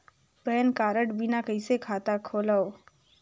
Pan card बिना कइसे खाता खोलव?